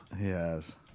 Yes